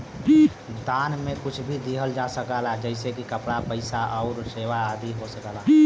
दान में कुछ भी दिहल जा सकला जइसे कपड़ा, पइसा आउर सेवा आदि हो सकला